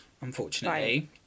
unfortunately